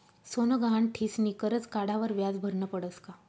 सोनं गहाण ठीसनी करजं काढावर व्याज भरनं पडस का?